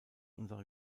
unserer